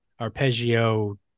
arpeggio